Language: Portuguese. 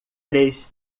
três